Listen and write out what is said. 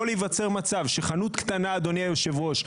יכול להיווצר מצב שחנות קטנה אדוני היו"ר,